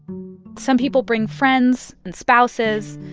some people bring friends and spouses,